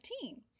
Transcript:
team